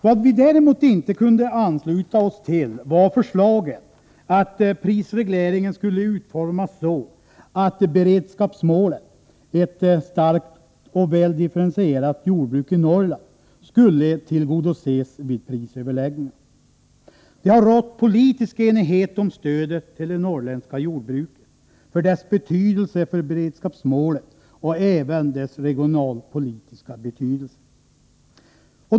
Vad vi däremot inte kunde ansluta oss till var förslaget att prisregleringen skulle utformas så, att beredskapsmålet, ett starkt och väldifferentierat jordbruk i Norrland, skulle tillgodoses vid prisöverläggningarna. Det har rått politisk enighet om stödet till det norrländska jordbruket, om dess betydelse för beredskapsmålet och även om dess regionalpolitiska betydelse.